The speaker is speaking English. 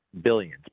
billions